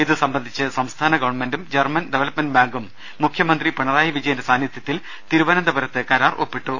ഇതുസംബന്ധിച്ച് സംസ്ഥാന ഗവൺമെന്റും ജർമൻ ഡവലപ്മെന്റ് ബാങ്കും മുഖ്യമന്ത്രി പിണറായി വിജയന്റെ സാന്നിധ്യത്തിൽ തിരുവനന്ത പുരത്ത് കരാർ ഒപ്പിട്ടു